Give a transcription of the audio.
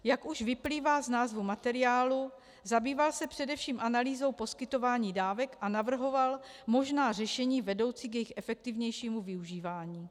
Jak už vyplývá z názvu materiálu, zabýval se především analýzou poskytování dávek a navrhoval možná řešení vedoucí k jejich efektivnějšímu využívání.